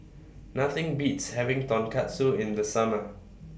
Nothing Beats having Tonkatsu in The Summer